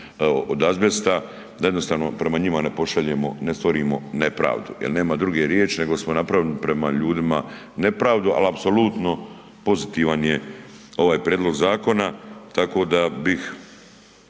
od azbesta, da jednostavno prema njima ne pošaljemo, ne stvorimo nepravdu. Jer nema druge riječi nego smo napravili prema ljudima nepravdu, ali apsolutno pozitivan je ovaj prijedlog zakona, tako da bih,